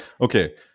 okay